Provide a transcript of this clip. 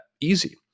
easy